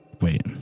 Wait